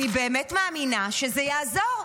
אני באמת מאמינה שזה יעזור.